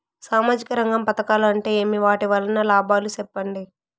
సామాజిక రంగం పథకాలు అంటే ఏమి? వాటి వలన లాభాలు సెప్పండి?